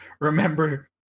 remember